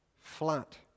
flat